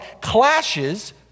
clashes